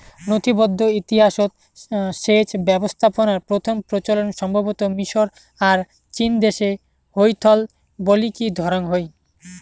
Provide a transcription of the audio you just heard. নথিবদ্ধ ইতিহাসৎ সেচ ব্যবস্থাপনার প্রথম প্রচলন সম্ভবতঃ মিশর আর চীনদেশে হইথল বলিকি ধরাং হই